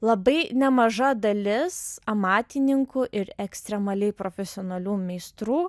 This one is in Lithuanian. labai nemaža dalis amatininkų ir ekstremaliai profesionalių meistrų